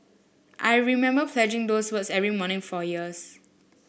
I remember pledging those words every morning for years